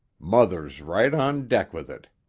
mother's right on deck with it.